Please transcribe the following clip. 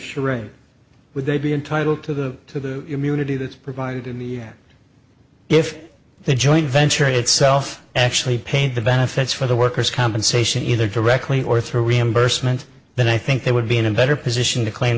charade would they be entitled to the immunity that's provided to me yet if the joint venture itself actually paid the benefits for the workers compensation either directly or through reimbursement then i think they would be in a better position to claim